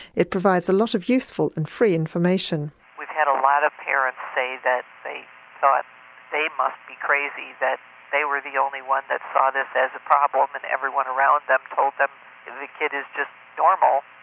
it provides a lot of useful and free information. we've had a lot of parents say that they thought that they must be crazy, that they were the only one that saw this as a problem and everyone around them told them the kid is just normal,